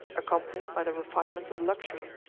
accompanied by the refinements of luxury,